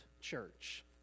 church